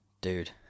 dude